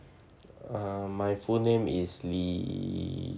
uh my full name is lee